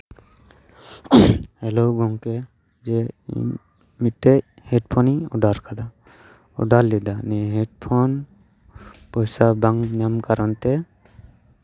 hello ᱜᱚᱝᱠᱮ ᱡᱮ ᱤᱧ ᱢᱤᱫᱴᱮᱱ ᱦᱮᱰ ᱯᱷᱳᱱ ᱤᱧ ᱚᱰᱟᱨ ᱟᱠᱟᱫᱟ ᱚᱰᱟᱨ ᱞᱮᱫᱟ ᱱᱤᱭᱟᱹ ᱦᱮᱰ ᱯᱷᱳᱱ ᱯᱚᱭᱥᱟ ᱵᱟᱝ ᱧᱟᱢ ᱠᱟᱨᱚᱱ ᱛᱮ